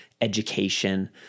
education